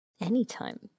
anytime